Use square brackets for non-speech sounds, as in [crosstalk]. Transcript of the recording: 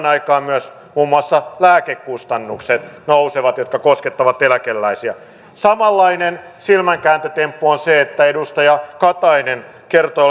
[unintelligible] aikaan nousevat myös muun muassa lääkekustannukset jotka koskettavat eläkeläisiä samanlainen silmänkääntötemppu on se että edustaja katainen kertoo [unintelligible]